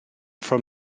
from